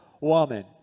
woman